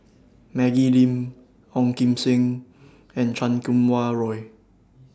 Maggie Lim Ong Kim Seng and Chan Kum Wah Roy